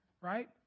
right